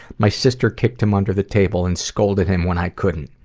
my sister kicked him under the table, and scolded him when i couldn't.